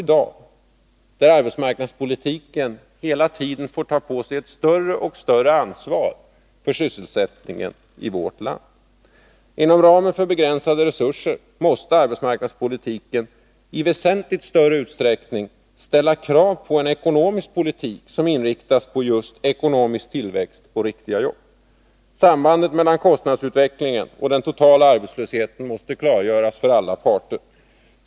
I dag får arbetsmarknadspolitiken ta på sig ett större och större ansvar för sysselsättningen i vårt land. Inom ramen för begränsade resurser måste arbetsmarknadspolitiken i väsentligt större utsträckning ställa krav på en ekonomisk politik, som inriktas på just ekonomisk tillväxt och därmed riktiga jobb. Sambandet mellan kostnadsutvecklingen och den totala arbetslösheten måste klargöras för alla parter.